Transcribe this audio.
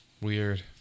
Weird